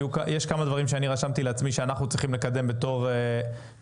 יש כמה דברים שאני רשמתי לעצמי שאנחנו צריכים לקדם בתור רגולטורים,